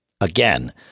again